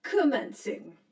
commencing